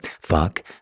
Fuck